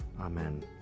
Amen